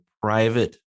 private